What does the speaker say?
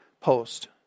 post